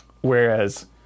Whereas